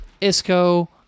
Isco